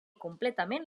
completament